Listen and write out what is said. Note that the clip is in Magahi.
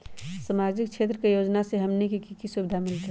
सामाजिक क्षेत्र के योजना से हमनी के की सुविधा मिलतै?